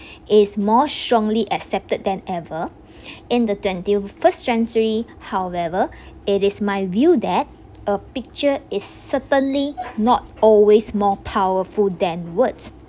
is more strongly accepted than ever in the twenty first century however it is my view that a picture is certainly not always more powerful than words